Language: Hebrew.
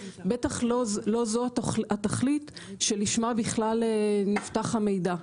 בטח לא זו התכלית שלשמה בכלל נפתח המידע.